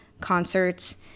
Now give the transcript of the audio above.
concerts